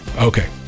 Okay